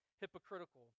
hypocritical